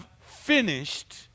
finished